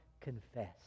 confess